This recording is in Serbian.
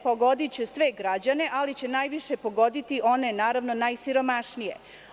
Pogodiće sve građane, ali će najviše pogoditi one najsiromašnije.